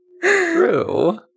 True